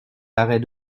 l’arrêt